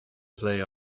play